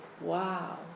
Wow